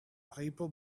people